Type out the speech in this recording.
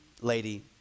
lady